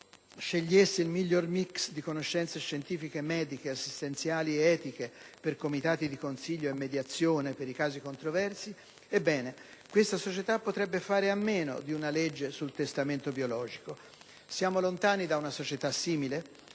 scegliesse il miglior *mix* di conoscenze scientifiche, mediche, assistenziali ed etiche per comitati di consiglio e mediazione per i casi controversi potrebbe fare a meno di una legge sul testamento biologico. Siamo lontani da una società simile?